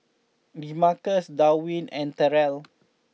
Demarcus Darwyn and Terell